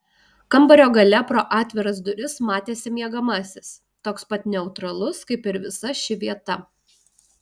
kambario gale pro atviras duris matėsi miegamasis toks pat neutralus kaip ir visa ši vieta